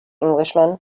englishman